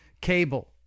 cable